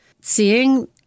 seeing